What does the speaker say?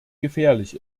gefährlich